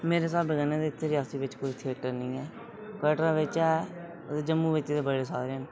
मेरे स्हाबै कन्नै ते इत्थै रियासी बिच कोई थिएटर निं ऐ कटरै बिच है ते जम्मू बिच ते बड़े सारे न